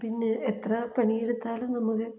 പിന്നെ എത്ര പണിയെടുത്താലും നമുക്ക്